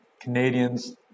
canadians